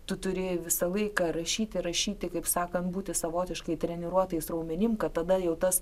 tu turi visą laiką rašyti rašyti kaip sakant būti savotiškai treniruotais raumenim kad tada jau tas